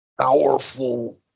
powerful